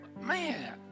Man